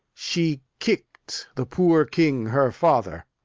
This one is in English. she kicked the poor king her father.